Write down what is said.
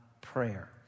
prayer